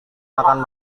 makan